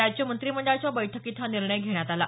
राज्य मंत्रिमंडळाच्या बैठकीत हा निर्णय घेण्यात आला